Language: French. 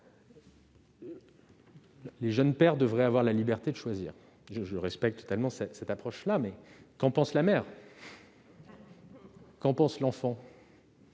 les jeunes pères devraient avoir la liberté de choisir. Je respecte totalement cette approche, mais qu'en pense la mère ? Qu'en pense l'enfant ?